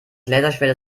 laserschwert